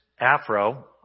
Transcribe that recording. afro